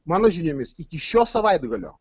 mano žiniomis iki šio savaitgalio